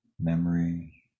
memory